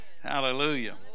Hallelujah